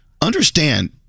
understand